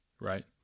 right